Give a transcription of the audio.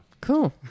Cool